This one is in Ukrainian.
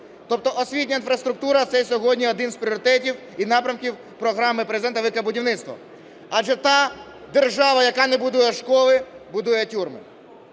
Тобто освітня інфраструктура – це сьогодні один з пріоритетів і напрямків програми Президента "Велике будівництво", адже та держава, яка не будує школи – будує тюрми.